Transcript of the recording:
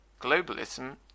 Globalism